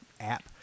app